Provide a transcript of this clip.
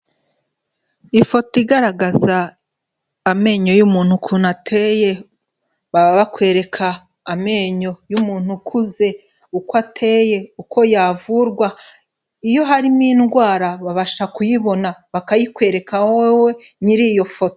Ifoto igaragaza amenyo y'umuntu ukuntu ateye. Baba bakwereka amenyo y'umuntu ukuze, uko ateye, uko yavurwa. Iyo harimo indwara babasha kuyibona bakayikwereka wowewe nyiri iyo foto.